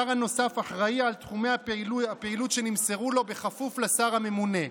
השר הנוסף אחראי לתחומי הפעילות שנמסרו לו בכפוף לשר הממונה.